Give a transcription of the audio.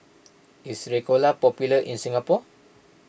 is Ricola popular in Singapore